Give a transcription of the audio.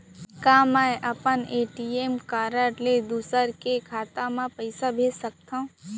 का मैं अपन ए.टी.एम कारड ले दूसर के खाता म पइसा भेज सकथव?